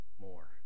more